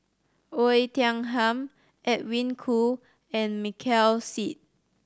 Oei Tiong Ham Edwin Koo and Michael Seet